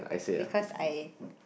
because I